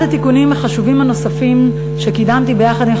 אחד התיקונים החשובים הנוספים שקידמתי ביחד עם